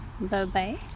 bye-bye